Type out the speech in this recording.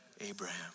Abraham